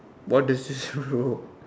what does this bro